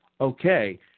Okay